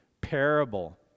parable